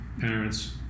parents